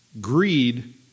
greed